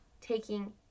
taking